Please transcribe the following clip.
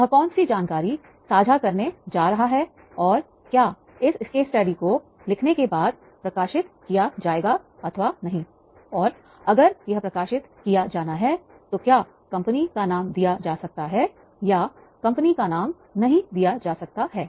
वह कौन सी जानकारी साझा करने जा रहा है और क्या इस केस स्टडी को लिखने के बाद प्रकाशित किया जाएगा अथवा नहीं और अगर यह प्रकाशित किया जाना है तो क्या कंपनी का नाम दिया जा सकता है या कंपनी का नाम नहीं दिया जा सकता है